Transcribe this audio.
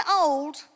old